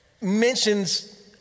mentions